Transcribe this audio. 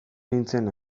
nintzen